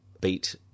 beat